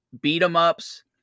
beat-em-ups